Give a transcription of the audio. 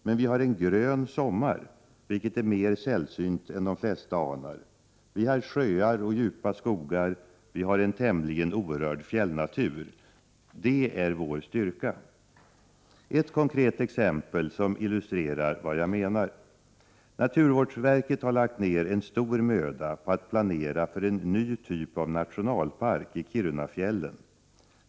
Vi har i stället en grön sommar, vilket är mer sällsynt än de flesta anar. Vi har sjöar och djupa skogar, och vi har en tämligen orörd fjällnatur. Detta är vår styrka. Jag skall ta ett konkret exempel för att illustrera vad jag menar. Naturvårdsverket har lagt ner stor möda på att planera en ny typ av nationalpark i Kirunafjällen.